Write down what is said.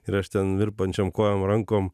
ir aš ten virpančiom kojom rankom